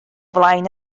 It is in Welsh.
flaen